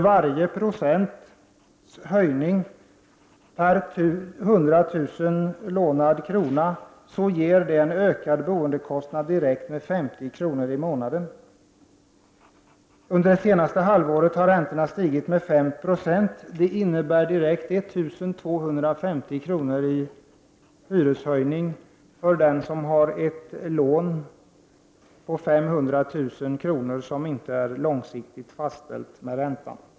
Varje procents höjning ger direkt en ökad boendekostnad med 50 kr. i månaden per 100 000 lånade kronor. Under det senaste halvåret har räntorna stigit med 5 26. Det innebär 1 250 kr. i hyreshöjning för den som har ett lån på 500 000 kr., där räntan inte är långsiktigt fastställd.